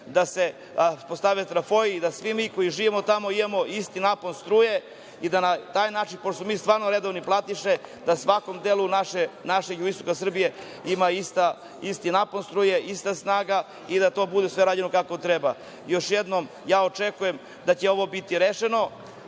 da se postave trafoi da svi mi koji živimo tamo imamo isti napon struje i da na taj način, pošto smo mi stvarno redovne platiše, da u svakom delu našeg jugoistoka Srbije ima ista napon struje, ista snaga i da to sve bude urađeno kako treba. Još jednom, ja očekujem da će ovo biti rešeno.